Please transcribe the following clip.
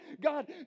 God